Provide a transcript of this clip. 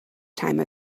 time